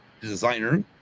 Designer